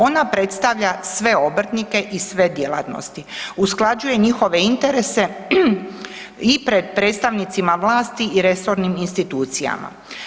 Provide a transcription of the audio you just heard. Ona predstavlja sve obrtnike i sve djelatnosti, usklađuje njihove interese i pred predstavnicima vlasti i resornim institucijama.